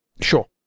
Sure